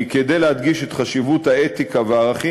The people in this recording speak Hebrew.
כי כדי להדגיש את חשיבות האתיקה והערכים,